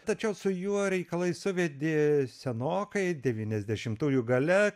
tačiau su juo reikalai suvedė senokai devyniasdešimtųjų gale